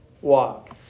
walk